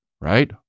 right